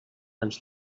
ens